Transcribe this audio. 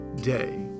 day